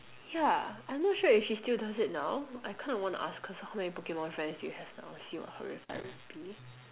yeah I'm not sure if she still does it now I kinda want to ask her so how many Pokemon friends do you have now see what her reply would be